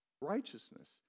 righteousness